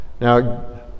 Now